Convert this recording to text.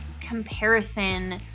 comparison